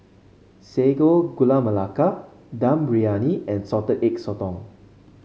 Sago Gula Melaka Dum Briyani and Salted Egg Sotong